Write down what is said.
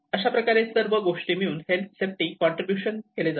अशाप्रकारे सर्व गोष्टी मिळून हेल्थ अँड सेफ्टी कॉन्ट्रीब्युशन केले जाते